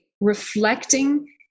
reflecting